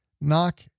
Knock